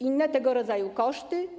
Inne tego rodzaju koszty?